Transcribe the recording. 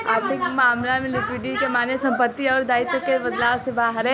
आर्थिक मामला में लिक्विडिटी के माने संपत्ति अउर दाईत्व के बदलाव से बा